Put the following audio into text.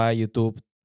YouTube